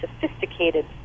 sophisticated